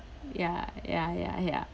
ya ya ya ya